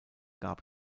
gab